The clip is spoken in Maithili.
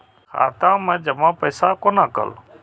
खाता मैं जमा पैसा कोना कल